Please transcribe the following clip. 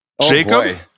Jacob